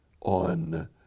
on